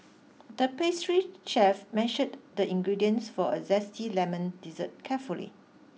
the pastry chef measured the ingredients for a zesty lemon dessert carefully